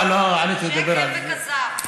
שקר וכזב.